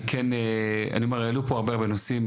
העלו פה הרבה נושאים.